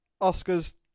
Oscar's